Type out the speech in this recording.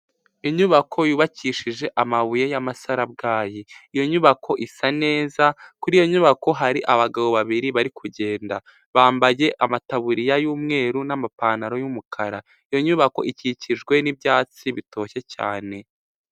Inyubako yubakishije amabuye y'amasarabwayi. Iyo nyubako isa neza kuri iyo nyubako hari abagabo babiri bari kugenda. Bambaye amataburiya y'umweru n'amapantaro y'umukara iyo nyubako ikikijwe n'ibyatsi bitoshye cyane.